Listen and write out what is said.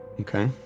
Okay